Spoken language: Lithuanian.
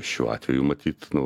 šiuo atveju matyt nu